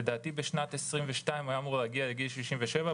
לדעתי בשנת 2022 הוא היה אמור להגיע לגיל 67,